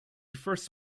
first